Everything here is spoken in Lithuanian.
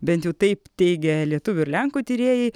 bent jau taip teigia lietuvių ir lenkų tyrėjai